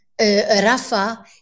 Rafa